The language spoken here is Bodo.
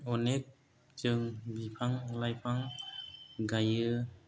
अनेक जों बिफां लाइफां गायो